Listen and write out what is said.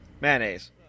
mayonnaise